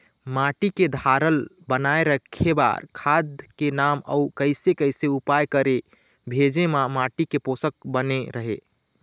माटी के धारल बनाए रखे बार खाद के नाम अउ कैसे कैसे उपाय करें भेजे मा माटी के पोषक बने रहे?